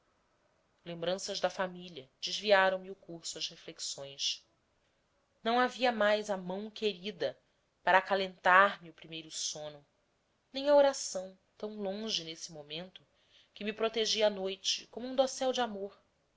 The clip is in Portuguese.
lembranças da família desviaram me o curso às reflexões não havia mais a mão querida para acalentar me o primeiro sono nem a oração tão longe nesse momento que me protegia à noite como um dossel de amor